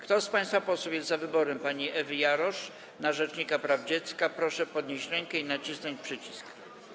Kto z państwa posłów jest za wyborem pani Ewy Jarosz na rzecznika praw dziecka, proszę podnieść rękę i nacisnąć przycisk.